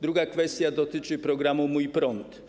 Druga kwestia dotyczy programu „Mój prąd”